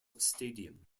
stadium